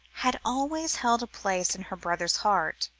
had always held a place in her brother's heart.